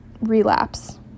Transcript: relapse